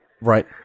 Right